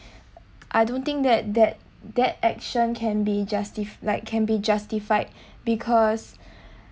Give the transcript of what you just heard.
I don't think that that that action can be justice like can be justified because